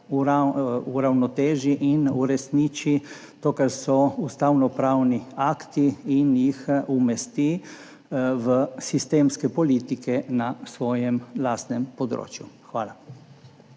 uravnoteži in uresniči to, kar so ustavnopravni akti, in jih umesti v sistemske politike na svojem lastnem področju. Hvala.